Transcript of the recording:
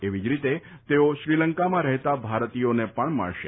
તેવી જ રીતે તેઓ શ્રીલંકામાં રહેતા ભારતીયોને પણ મળશે